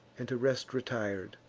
and to rest retir'd.